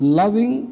loving